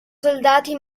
soldati